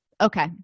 okay